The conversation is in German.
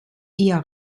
ihr